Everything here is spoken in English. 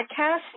podcast